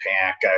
pack